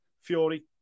Fury